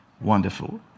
Wonderful